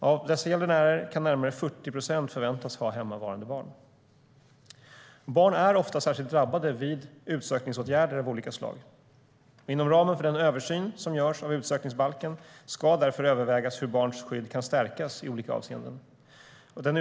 Av dessa gäldenärer kan närmare 40 procent förväntas ha hemmavarande barn. Barn är ofta särskilt drabbade vid utsökningsåtgärder av olika slag. Inom ramen för den översyn som görs av utsökningsbalken ska därför övervägas hur barns skydd kan stärkas i olika avseenden.